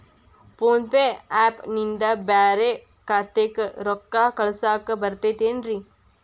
Phone pay app ನಿಂದ ಬ್ಯಾರೆ ಖಾತೆಕ್ ರೊಕ್ಕಾ ಕಳಸಾಕ್ ಬರತೈತೇನ್ರೇ?